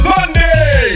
Sunday